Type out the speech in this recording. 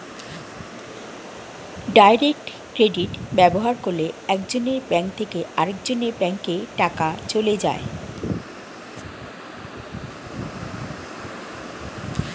direct credit ব্যবহার করলে একজনের ব্যাঙ্ক থেকে আরেকজনের ব্যাঙ্কে টাকা চলে যায়